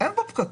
ואין בו פקקים.